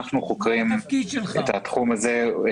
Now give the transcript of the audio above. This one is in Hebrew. אנחנו חוקרים את התחום הזה.